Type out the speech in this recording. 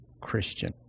Christian